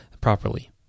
properly